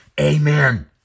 Amen